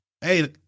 hey